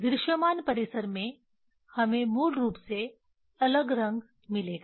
दृश्यमान परिसर में हमें मूल रूप से अलग रंग मिलेगा